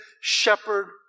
shepherd